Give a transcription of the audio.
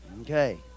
Okay